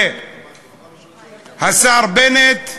והשר בנט,